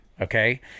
okay